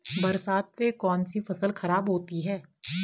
बरसात से कौन सी फसल खराब होती है?